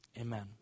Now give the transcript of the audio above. Amen